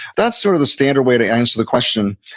that's sort of the standard way to answer the question.